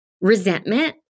Resentment